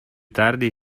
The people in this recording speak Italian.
tardi